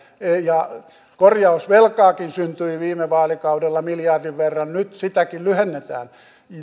ja korjausvelkaakin syntyi viime vaalikaudella miljardin verran nyt sitäkin lyhennetään